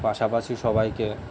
পাশাপাশি সবাইকে